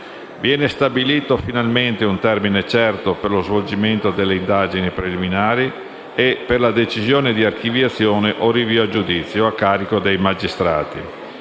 Viene stabilito finalmente un termine certo per lo svolgimento delle indagini preliminari e per la decisione di archiviazione o rinvio a giudizio a carico dei magistrati: